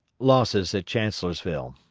losses at chancellorsville.